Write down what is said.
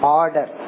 order